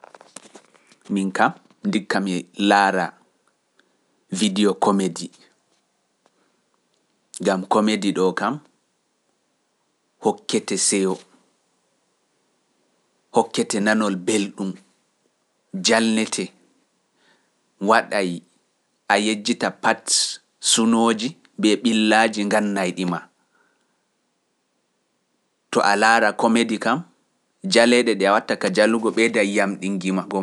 Min kam, ndikka mi laara video komedi, gam komedi ɗo kam hokkete seyo, hokkete nanol belɗum, jalnetee, waɗay a yejjita pats sunooji ɓee ɓillaaji nganna e ɗima. To a laara komedi kam jaleeɗe ɗe watta ka jalugo ɓeyda yiyam ɗi ngima gom.